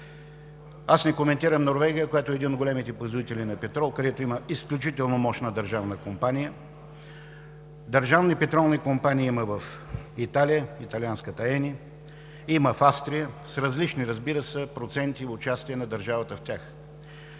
Аз не коментирам Норвегия, която е един от големите производители на петрол, където има изключително мощна държавна компания. Държавни петролни компании има в Италия – италианската Eni, има в Австрия с различни, разбира се, проценти участие на държавата в тях.